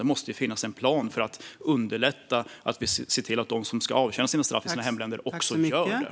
Det måste finnas en plan för att man ska underlätta arbetet med att se till att de som ska avtjäna sina straff i sina hemländer också gör det.